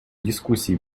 дискуссии